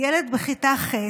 ילד בכיתה ח'.